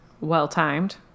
well-timed